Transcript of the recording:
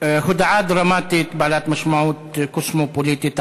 הודעה דרמטית, בעלת משמעות קוסמופוליטית ענפה,